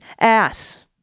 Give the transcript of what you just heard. ass